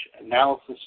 Analysis